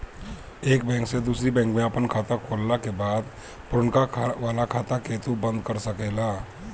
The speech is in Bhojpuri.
एक बैंक से दूसरी बैंक में आपन खाता खोलला के बाद पुरनका वाला खाता के तू बंद कर सकेला